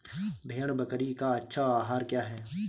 भेड़ बकरी का अच्छा आहार क्या है?